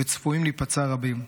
וצפויים להיפצע רבים.